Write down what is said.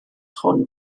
hwn